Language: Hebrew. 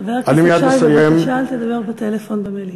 חבר הכנסת שי, בבקשה אל תדבר בטלפון במליאה.